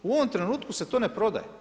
U ovom trenutku se to ne prodaje.